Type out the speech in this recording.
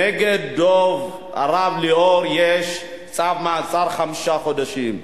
נגד הרב דב ליאור יש צו מעצר חמישה חודשים.